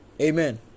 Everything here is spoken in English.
Amen